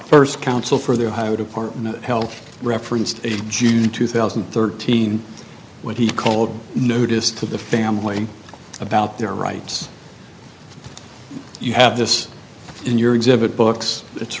first counsel for their higher department of health referenced june two thousand and thirteen with the cold notice to the family about their rights you have this in your exhibit books it's